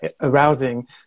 arousing